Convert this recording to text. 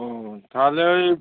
ওহ তাহলে ওই